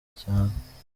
cyane